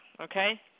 okay